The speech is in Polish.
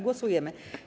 Głosujemy.